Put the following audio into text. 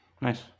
Nice